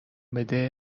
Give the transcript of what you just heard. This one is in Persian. بده